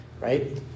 Right